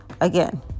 Again